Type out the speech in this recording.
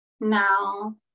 now